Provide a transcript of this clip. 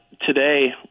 today